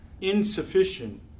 insufficient